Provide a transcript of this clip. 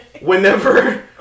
Whenever